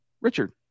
Richard